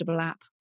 app